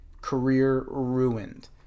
career-ruined